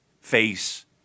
face